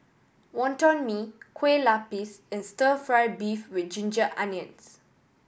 Wonton Mee Kueh Lapis and Stir Fry beef with ginger onions